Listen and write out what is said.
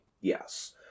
Yes